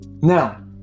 now